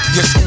Yes